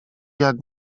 jak